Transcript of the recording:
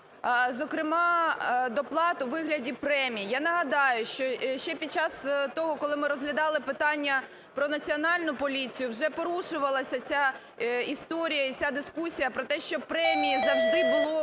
зокрема, доплат у вигляді премій. Я нагадаю, що ще під час того, коли ми розглядали питання про Національну поліцію, вже порушувалася ця історія і ця дискусія про те, що премії завжди були